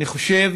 אני חושב